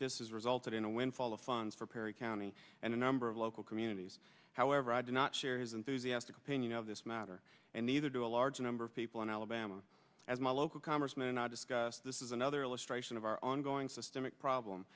is resulted in a windfall of funds for perry county and a number of local communities however i do not share his enthusiastic opinion of this matter and neither do a large number of people in alabama as my local congressman and i discuss this is another illustration of our ongoing systemic problem